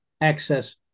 access